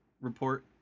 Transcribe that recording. report